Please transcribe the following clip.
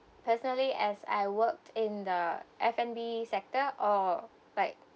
personally as I worked in the F&B sector or like